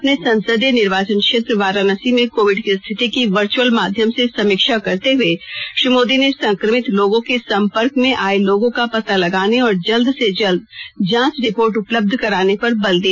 अपने संसदीय निर्वाचन क्षेत्र वाराणसी में कोविड की स्थिति की वर्चअल माध्यम से समीक्षा करते हुए श्री मोदी ने संक्रमित लोगों के संपर्क में आये लोगों का पता लगाने और जल्द से जल्द जांच रिपोर्ट उपलब्ध कराने पर बल दिया